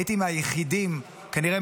הייתי מהיחידים כנראה,